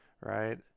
Right